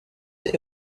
est